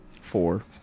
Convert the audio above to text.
Four